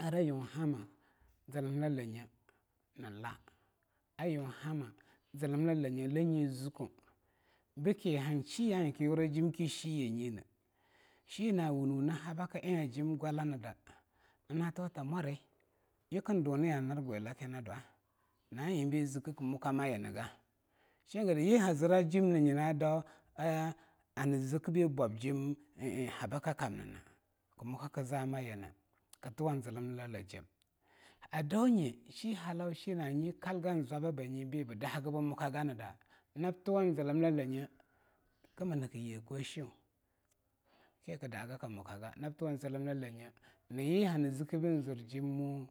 Arayunhama zlmla nlanye nla, ayunhama zlmla nlanye lanyi zukwau bke hanshiya'a eing kyura jimki shiyenyina shina'a awunwe na habakda na-na tuwa ta mwari yikn dunya'a nar gwilake ndwa na'a eingbei gnazkbkka mukamayinga, shen'a gedi yi hanzik ba bwabjim ha bakkamna kmukka kzamayina ktuwan zlmlajim adawonye shihalawa shina hannyi kalgan zwabbanye bibdahaga bmukaganda nab tuwan zlm lanye ta kama nakye kweshau kekdahaga n yi hanzkbzir jimwe